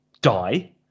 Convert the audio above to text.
die